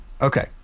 okay